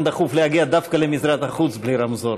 דחוף להגיע דווקא למשרד החוץ בלי רמזור.